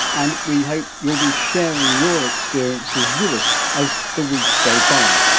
and we hope you'll be sharing your experiences with us as the weeks go by.